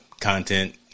content